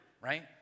right